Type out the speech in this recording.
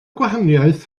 gwahaniaeth